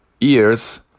ears